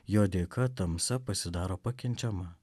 jo dėka tamsa pasidaro pakenčiama